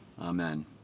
Amen